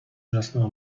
wrzasnęła